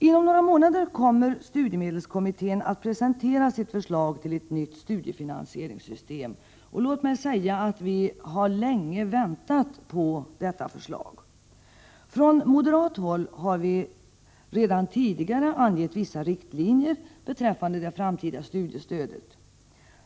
Inom några månader kommer studiemedelskommittén att presentera sitt förslag till ett nytt studiefinansieringssystem. Jag vill tillägga att vi länge har väntat på det förslaget. Vi i moderata samlingspartiet har redan tidigare angett vissa riktlinjer beträffande det framtida studiestödet.